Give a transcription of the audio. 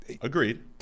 Agreed